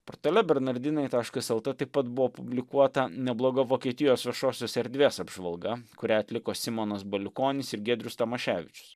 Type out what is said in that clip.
portale bernardinai taškas lt taip pat buvo publikuota nebloga vokietijos viešosios erdvės apžvalga kurią atliko simonas baliukonis ir giedrius tamaševičius